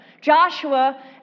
Joshua